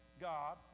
God